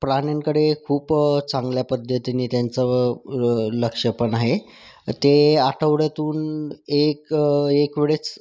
प्राण्यांकडे खूप चांगल्या पद्धतीने त्यांचं लक्षपण आहे ते आठवड्यातून एक एक वेळेस